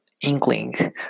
inkling